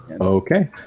okay